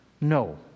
No